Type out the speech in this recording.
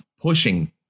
pushing